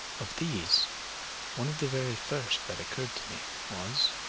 of these one of the very first that occurred to me was,